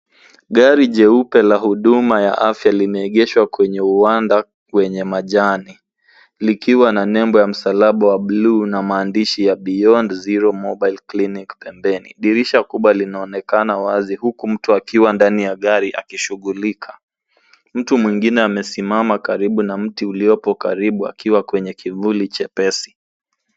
Gari jeupe la huduma ya afya limeegeshwa kwenye uwanda wenye majani likiwa na nembo ya msalaba bluu na maandishi ya Beyond Zero Mobile Clinic pembeni. Dirisha kubwa linaonekana wazi huku mtu akiwa ndani ya gari akishughulika. Mtu mwingine amesimama karibu na mti uliopo karibu akiwa kwenye kivuli chepesi.